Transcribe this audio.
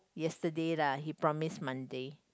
yesterday lah he promise Monday